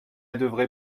devrait